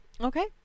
Okay